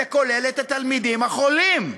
זה כולל את התלמידים החולים.